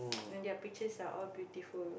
and their pictures are all beautiful